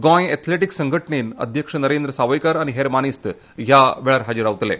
Goa athletic संघटणेचे अध्यक्ष नरेंद्र सावयकार आनी हेर मानेस्त ह्या वेळार हाजीर रावतले